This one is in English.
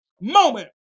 moment